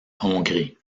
hongrie